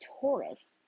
taurus